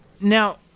Now